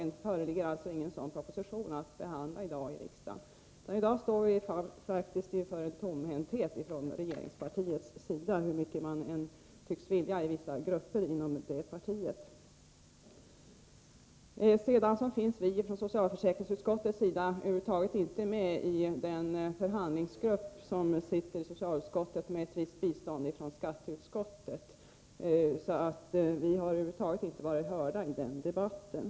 Det föreligger ingen proposition för behandling i riksdagen i dag. Vad vi står inför är en tomhänthet från regeringspartiets sida, hur mycket man än tycks vilja i vissa grupper inom partiet. Från socialförsäkringsutskottet finns ingen deltagare i den förhandlingsgrupp som sitter i socialutskottet med visst bistånd från skatteutskottet. Vi har alltså över huvud taget inte varit hörda i den debatten.